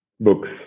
Books